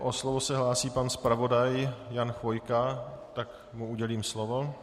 O slovo se hlásí pan zpravodaj Jan Chvojka, tak mu udělím slovo.